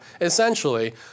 essentially